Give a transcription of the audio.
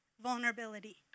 vulnerability